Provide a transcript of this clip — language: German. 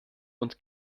und